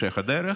בהמשך הדרך,